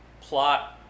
plot